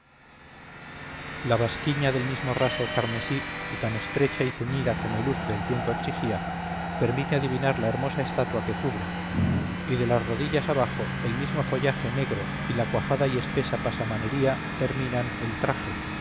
la basquiña del mismo raso carmesí y tan estrecha y ceñida como el uso del tiempo exigía permite adivinar la hermosa estatua que cubre y de las rodillas abajo el mismo follaje negro y la cuajada y espesa pasamanería terminan el traje